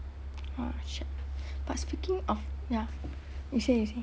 oh shit but speaking of ya you say you say